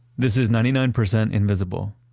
this is ninety nine percent invisible.